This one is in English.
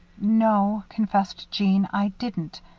no, confessed jeanne, i didn't.